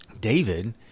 David